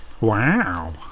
Wow